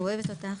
אוהבת אותך.